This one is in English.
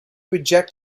reject